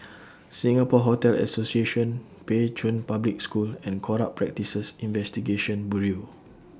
Singapore Hotel Association Pei Chun Public School and Corrupt Practices Investigation Bureau